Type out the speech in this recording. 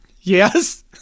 yes